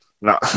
no